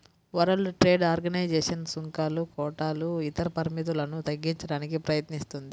world Trade Organization సుంకాలు, కోటాలు ఇతర పరిమితులను తగ్గించడానికి ప్రయత్నిస్తుంది